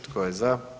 Tko je za?